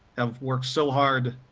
have worked so hard,